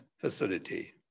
facility